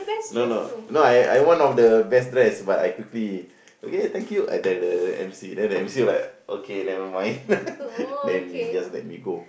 no no no I I one of the best dress but I quickly okay thank you I tell the M_C then the M_C was like okay never mind then he just let me go